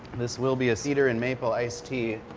this will be a cedar and maple iced tea.